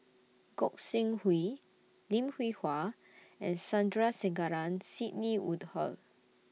Gog Sing Hooi Lim Hwee Hua and Sandrasegaran Sidney Woodhull